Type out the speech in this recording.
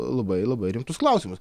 labai labai rimtus klausimus